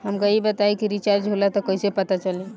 हमका ई बताई कि रिचार्ज होला त कईसे पता चली?